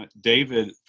David